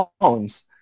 phones